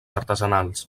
artesanals